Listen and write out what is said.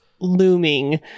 looming